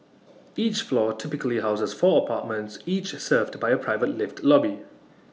each floor typically houses four apartments each served by A private lift lobby